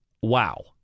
Wow